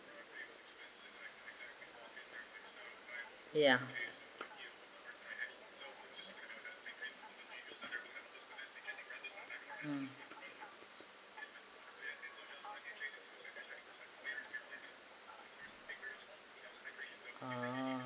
ya mm orh